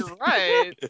right